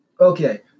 Okay